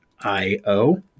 I-O